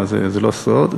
זה לא סוד,